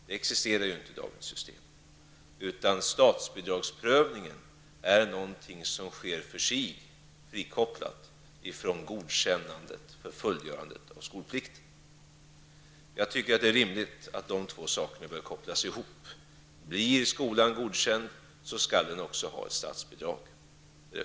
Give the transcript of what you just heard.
Så är det inte enligt dagens system, utan statsbidragsprövningen sker frikopplad från godkännandet för fullgörandet av skolplikten. Jag tycker att det är rimligt att dessa båda saker kopplas ihop: blir skolan godkänd skall den också ha ett statsbidrag.